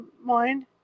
mind